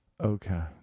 Okay